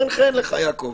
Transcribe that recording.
חן-חן לך יעקב.